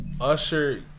Usher